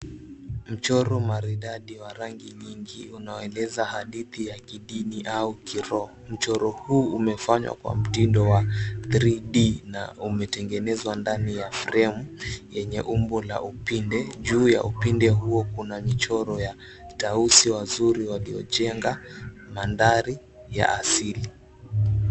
Mchoro maridadi wa rangi nyingi unawaeleza hadithi ya kidini au kiroho. Mchoro huu umefanywa kwa mtindo wa 3D na umetengenezwa ndani ya fremu yenye umbo la upinde. Juu ya upinde huo kuna michoro ya tausi wazuri waliojenga mandhari ya asili.